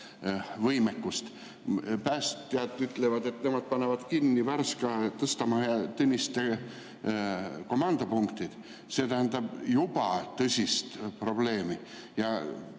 päästevõimekust. Päästjad ütlevad, et nemad panevad kinni Värska, Tõstamaa ja Mõniste komandopunktid. See tähendab juba tõsist probleemi.